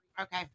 Okay